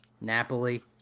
Napoli